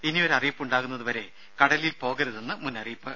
ഇനിയൊരു അറിയിപ്പ് ഉണ്ടാകുന്നത് വരെ കടലിൽ പോകരുതെന്ന് മുന്നറിയിപ്പ്